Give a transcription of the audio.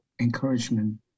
encouragement